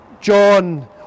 John